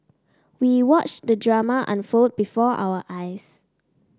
we watched the drama unfold before our eyes